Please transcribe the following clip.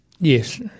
Yes